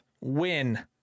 win